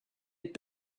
had